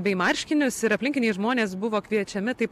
bei marškinius ir aplinkiniai žmonės buvo kviečiami taip